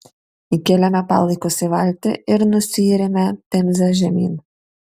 įkėlėme palaikus į valtį ir nusiyrėme temze žemyn